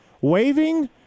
waving